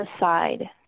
aside